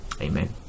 Amen